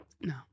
No